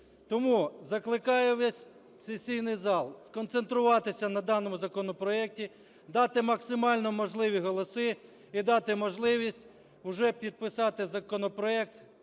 Тому закликаю весь сесійний зал сконцентруватися на даному законопроекті, дати максимально можливі голоси і дати можливість уже підписати законопроект